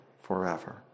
forever